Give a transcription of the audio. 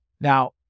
Now